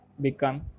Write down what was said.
become